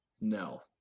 No